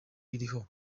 iriho